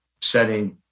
setting